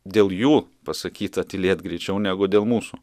dėl jų pasakyta tylėt greičiau negu dėl mūsų